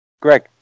Greg